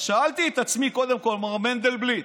אז שאלתי את עצמי קודם כול: מר מנדלבליט,